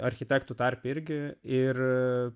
architektų tarpe irgi ir